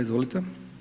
Izvolite.